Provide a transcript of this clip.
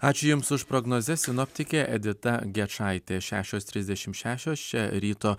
ačiū jums už prognozes sinoptikė edita gečaitė šešios trisdešim šešios čia ryto